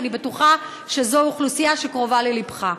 אני בטוחה שזו אוכלוסייה שקרובה ללבך.